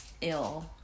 ill